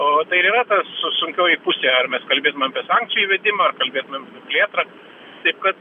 o tai ir yra ta su sunkioji pusė ar mes kalbėsim apie sankcijų įvedimą ar kalbėtumėm apie plėtrą taip kad